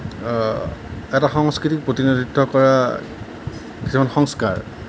এটা সংস্কৃতিক প্ৰতিনিধিত্ব কৰা কিছুমান সংস্কাৰ